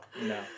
No